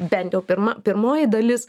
bent jau pirma pirmoji dalis